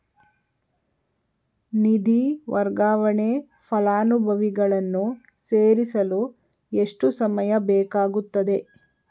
ನಿಧಿ ವರ್ಗಾವಣೆಗೆ ಫಲಾನುಭವಿಗಳನ್ನು ಸೇರಿಸಲು ಎಷ್ಟು ಸಮಯ ಬೇಕಾಗುತ್ತದೆ?